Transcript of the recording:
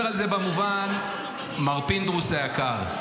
מר פינדרוס היקר,